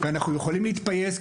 ואנחנו יכולים להתפייס,